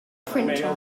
printer